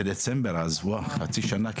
בדצמבר, אז ואוו חצי שנה.